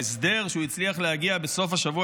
ההסדר שהוא הצליח להגיע אליו בסוף השבוע